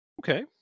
Okay